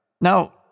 Now